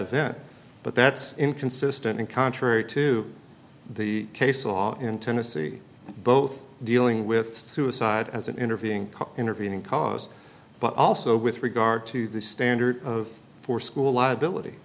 event but that's inconsistent and contrary to the case law in tennessee both dealing with suicide as an intervening cause intervening cause but also with regard to the standard of for school liability